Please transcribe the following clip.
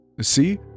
See